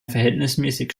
verhältnismäßig